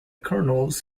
kernels